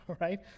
right